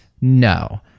No